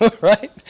Right